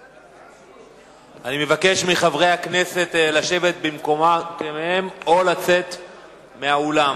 אני מבקש מחברי הכנסת לשבת במקומם או לצאת מהאולם,